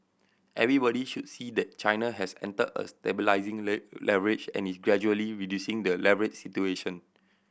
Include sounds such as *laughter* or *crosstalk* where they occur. everybody should see that China has entered a stabilising *unintelligible* leverage and is gradually reducing the leverage situation